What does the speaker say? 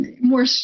more